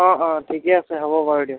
অঁ অঁ ঠিকে আছে হ'ব বাৰু দিয়ক